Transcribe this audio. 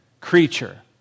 creature